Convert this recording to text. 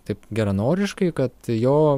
taip geranoriškai kad jo